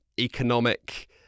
economic